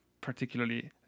particularly